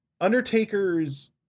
Undertaker's